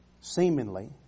Seemingly